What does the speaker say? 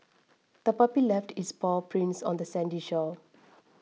the puppy left its paw prints on the sandy shore